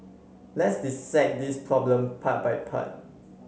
let's dissect this problem part by part